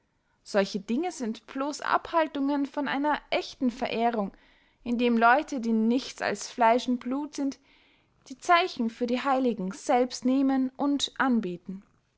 solche dinge sind blos abhaltungen von einer ächten verehrung indem leute die nichts als fleisch und blut sind die zeichen für die heiligen selbst nehmen und anbeten